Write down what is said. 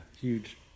huge